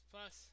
Plus